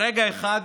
ברגע אחד